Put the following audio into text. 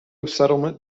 settlement